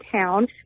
town